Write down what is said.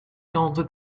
quarante